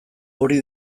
hori